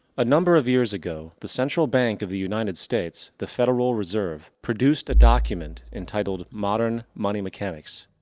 a number of years ago, the central bank of the united states, the federal reserve, produced a document entitled modern money mechanics.